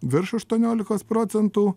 virš aštuoniolikos procentų